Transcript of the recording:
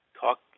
talk